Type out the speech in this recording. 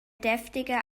deftige